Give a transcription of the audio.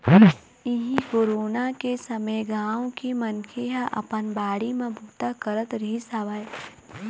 इहीं कोरोना के समे गाँव के मनखे ह अपन बाड़ी म बूता करत रिहिस हवय